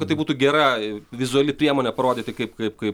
kad tai būtų gera vizuali priemonė parodyti kaip kaip kaip